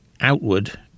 outward